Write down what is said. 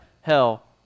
hell